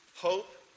hope